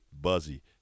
Buzzy